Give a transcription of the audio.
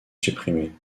supprimée